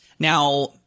Now